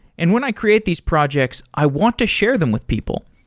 and when i create these projects, i want to share them with people.